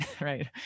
right